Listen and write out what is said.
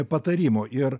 patarimų ir